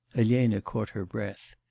elena caught her breath.